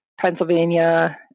Pennsylvania